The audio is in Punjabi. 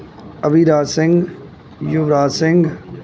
ਅਭੀਰਾਜ ਸਿੰਘ ਯੁਵਰਾਜ ਸਿੰਘ